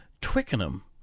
Twickenham